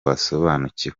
basobanukiwe